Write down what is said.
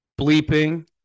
bleeping